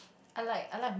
I like I like